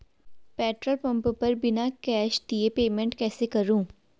Petrol pump पर बिना cash दिए पेमेंट कैसे करूँ?